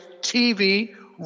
TV